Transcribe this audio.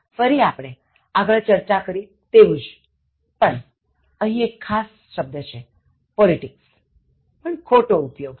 ફરી આપણે આગળ ચર્ચા કરી તેવું જ પણ અહીં એક ખાસ શબ્દ છે politics ખોટો ઉપયોગ છે